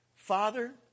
Father